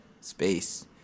space